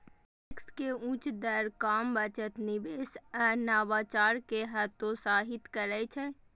tax के उच्च दर काम, बचत, निवेश आ नवाचार कें हतोत्साहित करै छै